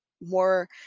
more